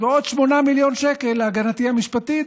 ועוד 8 מיליון שקל להגנתי המשפטית,